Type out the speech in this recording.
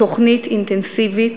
תוכנית אינטנסיבית,